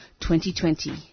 2020